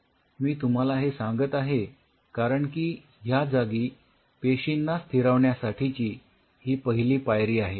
मी तुम्हाला हे सांगत आहे कारण की ह्या जागी पेशींना स्थिरावण्यासाठीची ही पहिली पायरी आहे